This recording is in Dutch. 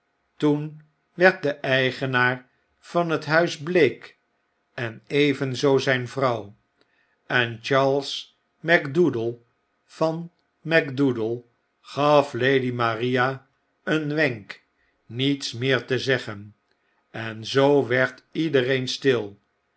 toen werd de eigenaar van het huis bleek en evenzoo zyn vrouw en charles pacdoodle van macdoodle gaf lady maria een wenk niets meer te zeggen en zoo werd iedereen stil